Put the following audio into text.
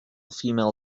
female